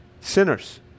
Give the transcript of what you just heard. sinners